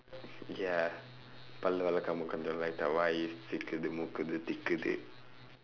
ya பல்லு விலக்காம உட்கார்ந்து வாயி சிக்குது முக்குது திக்குது:pallu vilakkaama utkaarndthu vaayi sikkuthu mukkuthu thikkuthu